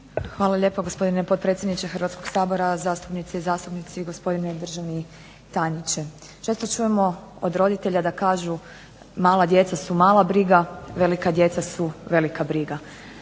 Hvala lijepo gospodine potpredsjedniče Hrvatskoga sabora, zastupnice i zastupnici i gospodine državni tajniče. Često čujemo od roditelja da kažu mala djeca su mala briga, velika djeca su velika briga.